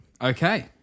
Okay